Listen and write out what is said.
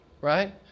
right